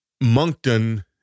Moncton